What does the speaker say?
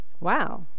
Wow